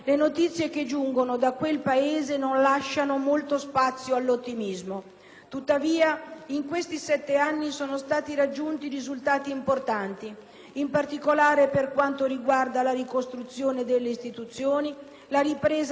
Tuttavia, in questi sette anni sono stati raggiunti risultati importanti, in particolare per quanto riguarda la ricostruzione delle istituzioni, la ripresa del settore sanitario e di quello scolastico, lo sviluppo di quello dell'informazione.